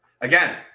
again